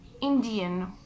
Indian